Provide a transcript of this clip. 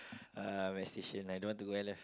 uh my station I don't want to go and I left